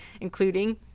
including